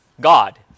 God